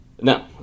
No